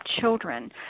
children